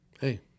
hey